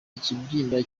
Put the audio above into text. ikibyimba